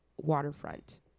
waterfront